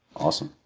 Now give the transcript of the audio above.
awesome.